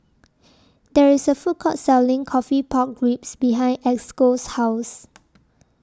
There IS A Food Court Selling Coffee Pork Ribs behind Esco's House